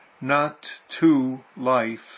not-to-life